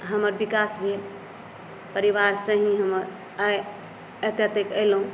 हमर विकास भेल परिवारसँ ही हम आइ एतऽ तक अएलहुँ